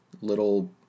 little